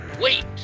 wait